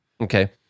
Okay